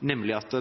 nemlig at